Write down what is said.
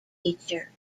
teacher